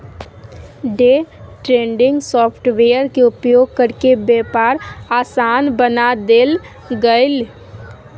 day trading software के उपयोग करके व्यापार आसान बना देल गेलय